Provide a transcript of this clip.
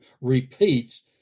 repeats